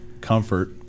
comfort